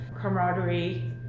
camaraderie